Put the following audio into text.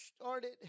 started